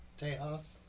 Tejas